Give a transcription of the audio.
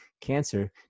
cancer